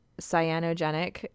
cyanogenic